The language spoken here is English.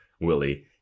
Willie